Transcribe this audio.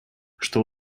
что